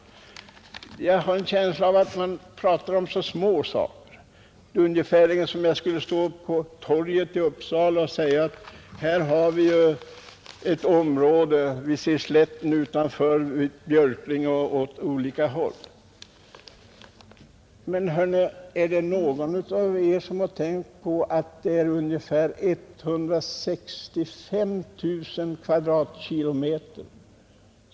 Jag har en känsla av att man pratar om så små saker, nästan som om jag skulle stå på torget i Uppsala och säga: Här ser vi slätten utanför, åt Björklinge och andra håll. Men hör nu, är det någon av er som har tänkt på att det är ungefär 165 000 km?